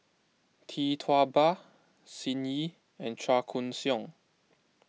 Tee Tua Ba Sun Yee and Chua Koon Siong